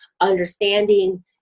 understanding